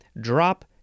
drop